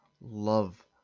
love